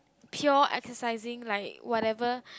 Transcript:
pure exercising like whatever